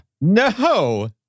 no